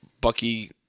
Bucky